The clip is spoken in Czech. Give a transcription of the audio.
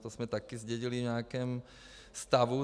To jsme také zdědili v nějakém stavu.